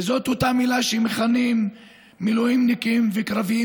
וזאת אותה מילה שמכנים מילואימניקים וקרביים